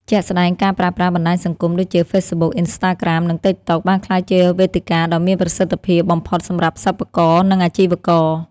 ជាក់ស្ដែង ការប្រើប្រាស់ បណ្ដាញសង្គម ដូចជា Facebook, Instagram, និង TikTok បានក្លាយជាវេទិកាដ៏មានប្រសិទ្ធភាពបំផុតសម្រាប់សិប្បករ និងអាជីវករ។